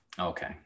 Okay